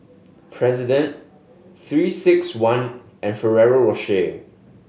President Three Six One and Ferrero Rocher